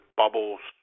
bubbles